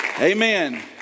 Amen